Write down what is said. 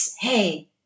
hey